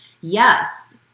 Yes